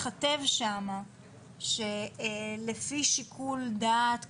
לא, אני מבקשת שייכתב שם שלפי שיקול דעת כמובן,